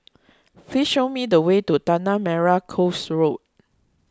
please show me the way to Tanah Merah Coast Road